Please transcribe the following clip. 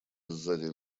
сзади